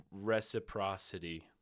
reciprocity